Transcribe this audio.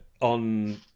on